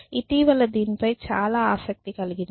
ఇటీవల దీని పై చాలా ఆసక్తి కలిగింది